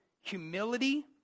Humility